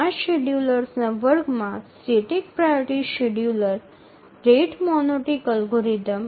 এই শ্রেণীর সময়সূচীগুলিতে স্ট্যাটিক প্রাওরিটি শিডিয়ুলারগুলি হার মনোটোনিক হয়